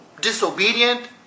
disobedient